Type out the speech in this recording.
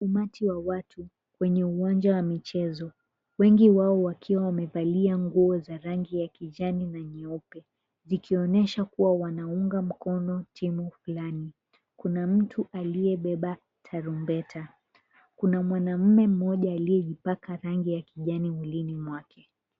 Umati wa watu kwenye uwanja wa michezo, wengi wao wakiwa wamevalia nguo za rangi ya kijani na nyeup,e zikionesha kuwa wanaunga mkono timu fulani. Kuna mtu aliyebeba tarumbeta. Kuna mwanamume mmoja aliyejipaka rangi ya kijani mwilini mwake.